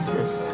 Jesus